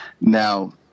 Now